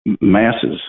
masses